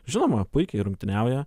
žinoma puikiai rungtyniauja